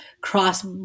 cross